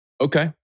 Okay